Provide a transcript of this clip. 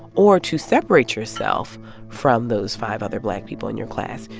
or to separate yourself from those five other black people in your class,